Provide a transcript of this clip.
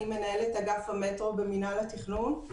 אני מנהלת אגף המטרו במינהל התכנון.